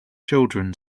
children